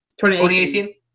2018